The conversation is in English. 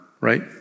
Right